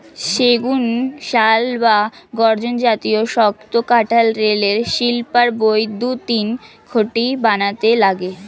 সেগুন, শাল বা গর্জন জাতীয় শক্ত কাঠ রেলের স্লিপার, বৈদ্যুতিন খুঁটি বানাতে লাগে